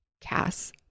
Cass